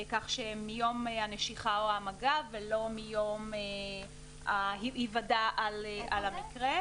כך שמיום הנשיכה או המגע ולא מיום היוודע על המקרה.